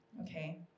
okay